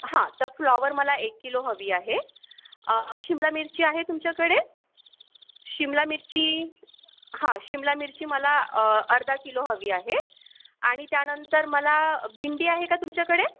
हां तर फ्लॉवर मला एक किलो हवी आहे शिमला मिरची आहे तुमच्याकडे शिमला मिरची हां शिमला मिरची मला अर्धा किलो हवी आहे आणि त्यानंतर मला भिंडी आहे का तुमच्याकडे